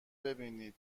ببینیدهمه